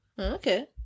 Okay